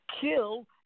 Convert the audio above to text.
kill